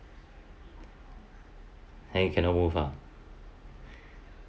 then you cannot move ah